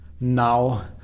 now